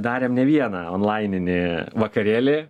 darėm ne vieną onlaininį vakarėlį